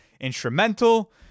instrumental